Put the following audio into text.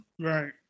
Right